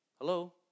Hello